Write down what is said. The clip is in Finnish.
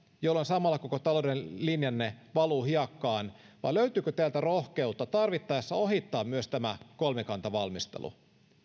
jolloin samalla koko talouden linjanne valuu hiekkaan vai löytyykö teiltä rohkeutta tarvittaessa ohittaa myös tämä kolmikantavalmistelu